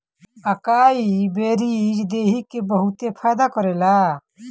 अकाई berries देहि के बहुते फायदा करेला